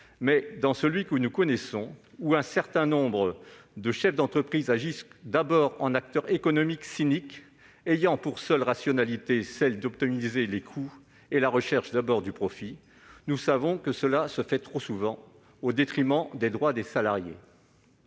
mais dans celui que nous connaissons, où un certain nombre de chefs d'entreprise agissent d'abord en acteurs économiques cyniques, leur rationalité étant tout entière tournée vers l'optimisation des coûts et la recherche du profit, nous savons que cela se fait trop souvent au détriment des droits des salariés.